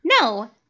No